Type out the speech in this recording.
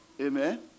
Amen